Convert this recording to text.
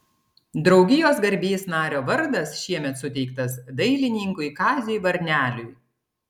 draugijos garbės nario vardas šiemet suteiktas dailininkui kaziui varneliui